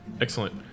Excellent